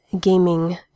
gaming